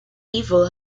evil